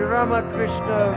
Ramakrishna